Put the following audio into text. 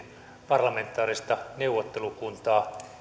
parlamentaarista neuvottelukuntaa